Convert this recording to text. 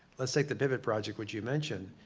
let's take the pivot project which you mentioned.